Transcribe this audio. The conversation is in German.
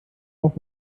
auch